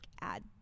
add